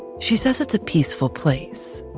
she says it's a peaceful place.